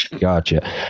gotcha